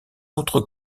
autres